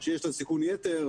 שיש לה סיכון יתר.